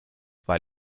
weil